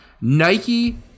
Nike